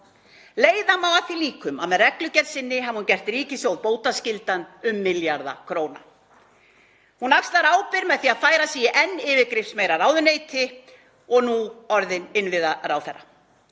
Leiða má að því líkur að með reglugerð sinni hafi hún gert ríkissjóð bótaskyldan um milljarða króna. Hún axlar ábyrgð með því að færa sig í enn yfirgripsmeira ráðuneyti og er nú orðin innviðaráðherra.